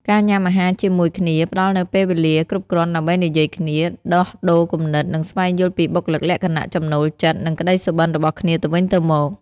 ការញ៉ាំអាហារជាមួយគ្នាផ្ដល់នូវពេលវេលាគ្រប់គ្រាន់ដើម្បីនិយាយគ្នា ដោះដូរគំនិត និងស្វែងយល់ពីបុគ្គលិកលក្ខណៈ ចំណូលចិត្ត និងក្តីសុបិនរបស់គ្នាទៅវិញទៅមក។